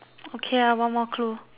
okay lah one more clue